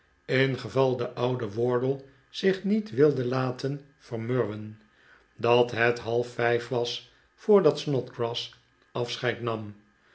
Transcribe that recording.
ingeval de oude wardle zich niet wilde laten vermurwen dat het halfvijf was voordat snodgrass afscheid nam